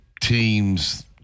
teams